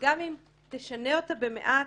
וגם אם תשנה אותה במעט,